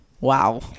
Wow